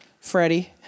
Freddie